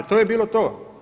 To je bilo to.